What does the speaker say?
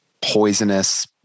poisonous